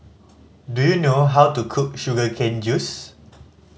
do you know how to cook sugar cane juice